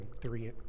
three